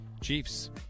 Chiefs